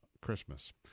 Christmas